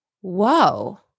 whoa